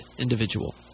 individual